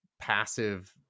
passive